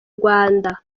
rwanda